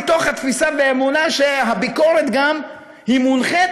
מתוך התפיסה והאמונה שהביקורת גם מונחית